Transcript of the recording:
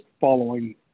following